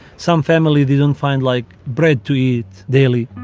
some family they don't find like bread to eat daily.